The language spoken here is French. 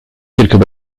quelques